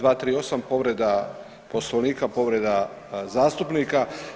238. povreda Poslovnika, povreda zastupnika.